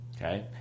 Okay